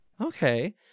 Okay